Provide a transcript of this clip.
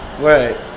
Right